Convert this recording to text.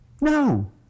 no